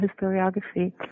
historiography